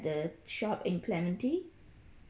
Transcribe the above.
the shop in clementi